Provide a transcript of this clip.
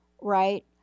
right